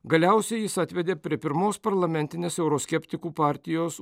galiausiai jis atvedė prie pirmos parlamentinės euroskeptikų partijos